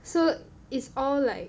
so it's all like